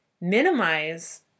minimize